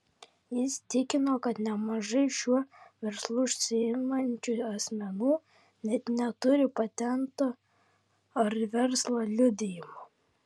jis tikino kad nemažai šiuo verslu užsiimančių asmenų net neturi patento ar verslo liudijimo